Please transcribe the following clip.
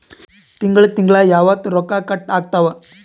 ತಿಂಗಳ ತಿಂಗ್ಳ ಯಾವತ್ತ ರೊಕ್ಕ ಕಟ್ ಆಗ್ತಾವ?